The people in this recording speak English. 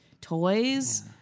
toys